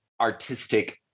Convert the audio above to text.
artistic